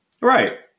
Right